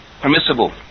permissible